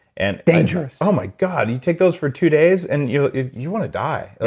and dangerous oh, my god. you take those for two days and you you want to die.